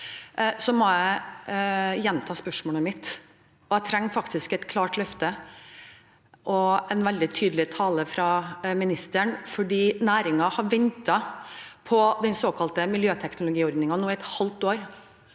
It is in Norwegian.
jeg gjenta spørsmålet mitt. Jeg trenger faktisk et klart løfte og en veldig tydelig tale fra statsråden, for næringen har ventet på den såkalte miljøteknologiordningen nå i et halvt år.